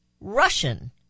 Russian